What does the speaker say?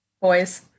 boys